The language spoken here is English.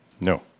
No